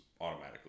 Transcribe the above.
automatically